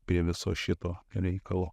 prie viso šito reikalo